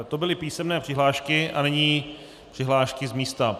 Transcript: To byly písemné přihlášky a nyní přihlášky z místa.